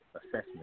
assessment